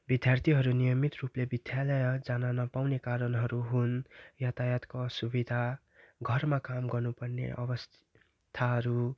विद्यार्थीहरू नियमित रूपले विद्यालय जान नपाउने कारणहरू हुन् यातायातको असुविधा घरमा काम गर्नु पर्ने अवस्थाहरू